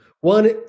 One